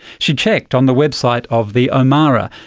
she checked on the website of the omara,